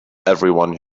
everyone